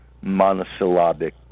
monosyllabic